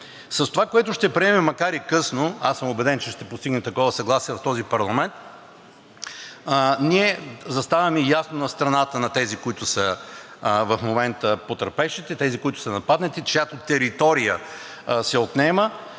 С това, което ще приемем, макар и късно – аз съм убеден, че ще постигнем такова съгласие в този парламент, ние заставаме ясно на страната на тези, които в момента са потърпевшите, тези, които са нападнати, чиято територия се отнема,